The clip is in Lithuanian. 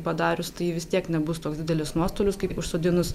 padarius tai vis tiek nebus toks didelius nuostolius kaip užsodinus